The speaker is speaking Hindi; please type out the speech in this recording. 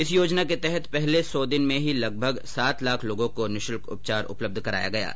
इस योजना के तहत पहले सौ दिन में ही लगभग सात लाख लोगों को निशुल्क उपचार उपलब्ध कराया गया है